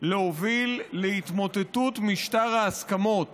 להוביל להתמוטטות משטר ההסכמות